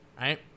Right